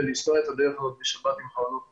לנסוע את הדרך הזאת בשבת עם חלונות פתוחים,